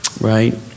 Right